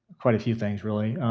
quite a few things, really.